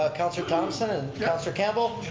ah councilor thomson and councilor campbell.